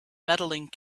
medaling